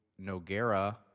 Noguera